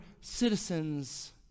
citizens